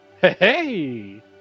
Hey